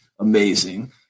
Amazing